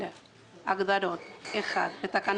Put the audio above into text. בבקשה.